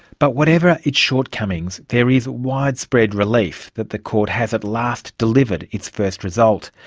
but whatever its shortcomings, there is widespread relief that the court has at last delivered its first result.